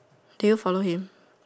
did you follow him